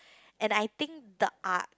and I think the arch